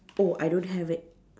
oh I don't have it